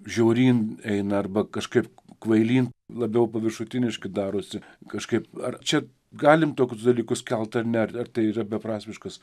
žiauryn ein arba kažkaip kvailyn labiau paviršutiniški darosi kažkaip ar čia galim tokius dalykus kelt ar ne ar ar tai yra beprasmiškas